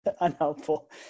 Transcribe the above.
unhelpful